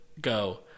go